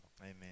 Amen